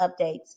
updates